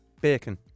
Bacon